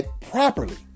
properly